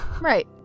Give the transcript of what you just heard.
Right